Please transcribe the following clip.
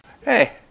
Hey